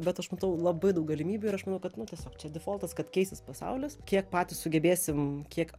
bet aš matau labai daug galimybių ir aš manau kad nu tiesiog čia defoltas kad keisis pasaulis kiek patys sugebėsim kiek